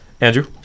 Andrew